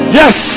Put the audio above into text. yes